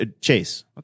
Chase